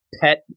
pet